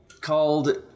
called